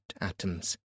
atoms